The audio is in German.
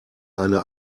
eine